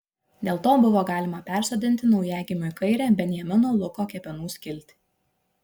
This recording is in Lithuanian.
dėl to buvo galima persodinti naujagimiui kairę benjamino luko kepenų skiltį